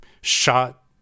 shot